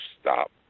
stop